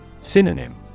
Synonym